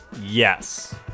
Yes